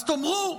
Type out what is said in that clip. אז תאמרו,